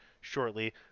shortly